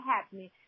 happening